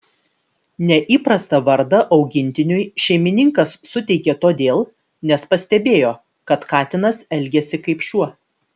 neįprastą vardą augintiniui šeimininkas suteikė todėl nes pastebėjo kad katinas elgiasi kaip šuo